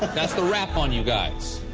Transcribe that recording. that's the wrap on you guys.